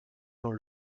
dans